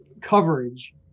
coverage